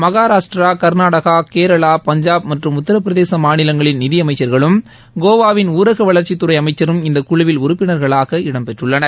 மகாராஷ்டிரா கா்நாடகா கேரளா பஞ்சாப் மற்றும் உத்தரப்பிரதேச மாநிலங்களின் நிதி அமைச்சா்களும் கோவாவின் ஊரக வளா்ச்சித் துறை அமைச்சரும் இந்தக் குழுவில் உறுப்பினா்களாக இடம் பெற்றுள்ளனர்